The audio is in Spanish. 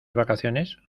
vacaciones